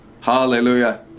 Hallelujah